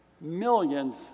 millions